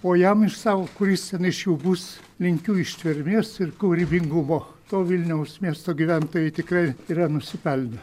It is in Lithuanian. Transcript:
o jam iš savo kuris ten iš jų bus linkiu ištvermės ir kūrybingumo to vilniaus miesto gyventojai tikrai yra nusipelnę